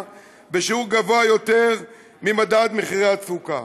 בשיעור גבוה יותר ממדד מחירי התפוקה.